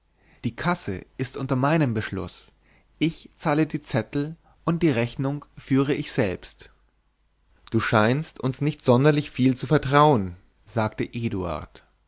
die kasse ist unter meinem beschluß ich zahle die zettel und die rechnung führe ich selbst du scheinst uns nicht sonderlich viel zu vertrauen sagte